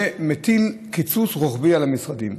ומטיל קיצוץ רוחבי על המשרדים.